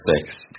six